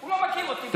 הוא לא מכיר אותי בכלל.